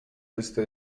byste